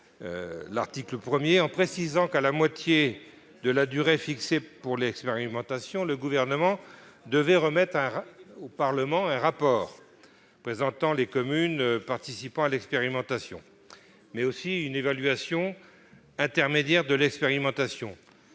l'article 1 en précisant qu'à la moitié de la durée fixée pour l'expérimentation, le Gouvernement devra remettre au Parlement un rapport présentant les communes participant à l'expérimentation ainsi qu'une évaluation intermédiaire de cette